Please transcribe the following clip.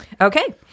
Okay